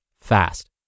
fast